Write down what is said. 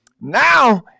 now